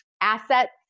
assets